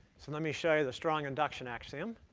so let me show you the strong induction axiom.